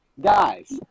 Guys